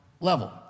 level